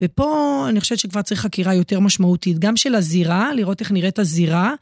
ופה אני חושבת שכבר צריך חקירה יותר משמעותית גם של הזירה, לראות איך נראית הזירה.